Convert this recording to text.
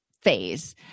phase